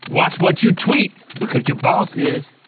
watch what you tweet! because your boss is.